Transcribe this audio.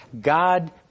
God